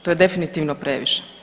To je definitivno previše.